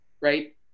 right